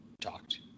talked